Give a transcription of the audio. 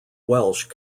welsh